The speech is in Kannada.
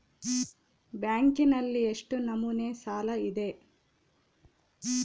ಬ್ಯಾಂಕಿನಲ್ಲಿ ಎಷ್ಟು ನಮೂನೆ ಸಾಲ ಇದೆ?